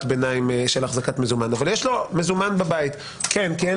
הביניים לגבי אחזקת מזומן - והוא מחזיק מזומן בבית כי אין